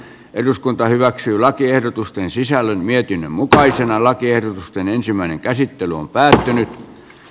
eduskunta hyväksyy lakiehdotusten sisällön viekin mutta itse lakiehdotusten ensimmäinen käsittely on päättynyt